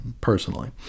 Personally